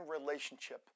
relationship